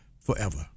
forever